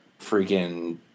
Freaking